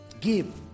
Give